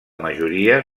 majoria